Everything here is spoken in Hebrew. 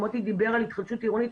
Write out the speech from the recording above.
מוטי דיבר על התחדשות עירונית,